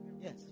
Yes